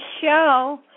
show